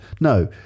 No